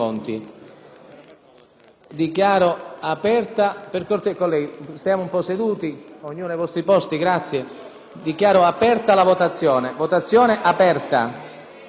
Dichiaro aperta la votazione.